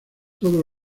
todo